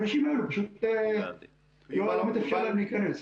לאנשים האלו פשוט לא מתאפשר להיכנס.